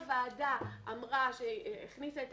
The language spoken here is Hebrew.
הוועדה כבר הכניסה את